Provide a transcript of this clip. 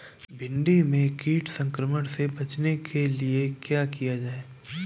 भिंडी में कीट संक्रमण से बचाने के लिए क्या किया जाए?